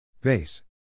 BASE